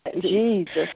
Jesus